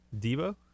Debo